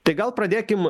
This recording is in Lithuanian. tai gal pradėkim